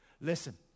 Listen